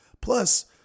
Plus